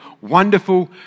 Wonderful